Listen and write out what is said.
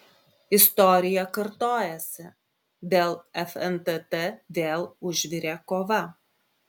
istorija kartojasi dėl fntt vėl užvirė kova